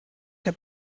der